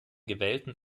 gewählten